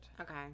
okay